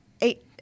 eight